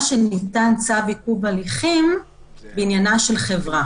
שניתן צו עיכוב הליכים בעניינה של חברה.